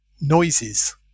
noises